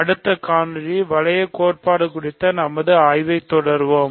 அடுத்த காணொளியில் வளையக் கோட்பாடு குறித்த நமது ஆய்வைத் தொடருவோம்